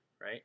right